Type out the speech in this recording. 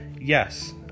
Yes